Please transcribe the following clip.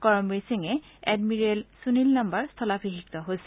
কৰমবীৰ সিঙে এডমিৰেল সুনীল লাম্বাৰ স্থলাভিষিক্ত হৈছে